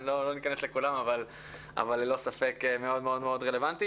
לא ניכנס לכולם אבל ללא ספק הם מאוד מאוד רלוונטיים.